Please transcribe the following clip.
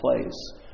place